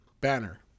banner